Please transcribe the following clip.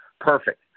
Perfect